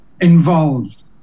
involved